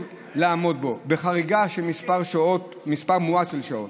לעמוד בו בחריגה של מספר מועט של שעות.